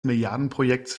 milliardenprojektes